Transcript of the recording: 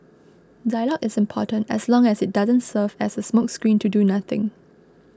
dialogue is important as long as it doesn't serve as a smokescreen to do nothing